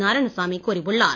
நாராயணசாமி கூறியுள்ளார்